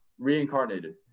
Reincarnated